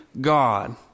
God